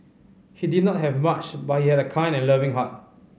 he did not have much but he had a kind and loving heart